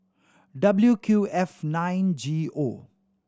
W Q F nine G O